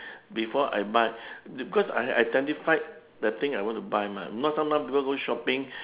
before I buy because I identified the things I want to buy mah if not sometimes people go shopping